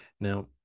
Now